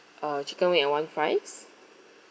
uh chicken wing and one fries